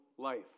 life